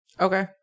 Okay